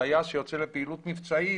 טייס שיוצא לפעילות מבצעית,